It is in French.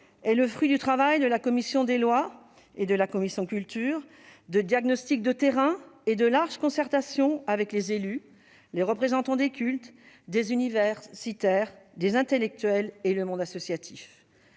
est le fruit du travail de la commission des lois et de la commission de la culture du Sénat, de diagnostics de terrain et de larges concertations avec les élus, les représentants des cultes, des universitaires, des intellectuels et le monde associatif.